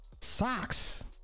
socks